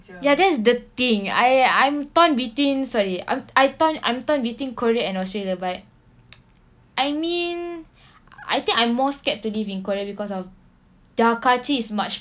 ya that's the thing I I'm torn between sorry I'm I torn I'm torn between korea and australia but I mean I think I'm more scared to live in korea because of their culture is much